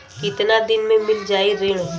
कितना दिन में मील जाई ऋण?